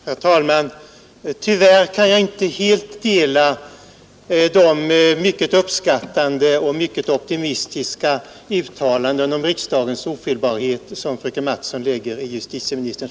Herr talman! Tyvärr kan jag inte helt instämma i den mycket uppskattande och mycket optimistiska uppfattningen om riksdagens ofelbarhet som fröken Mattson tillskriver justitieministern.